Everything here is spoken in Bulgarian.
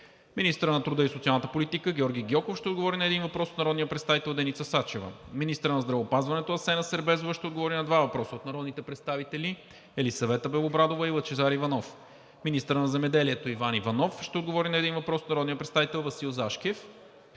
Министърът на труда и социалната политика Георги Гьоков ще отговори на един въпрос от народния представител Деница Сачева. 5. Министърът на здравеопазването Асена Сербезова ще отговори на два въпроса от народните представители Елисавета Белобрадова; и Лъчезар Иванов. 6. Министърът на земеделието Иван Иванов ще отговори на един въпрос от народния представител Васил Зашкев.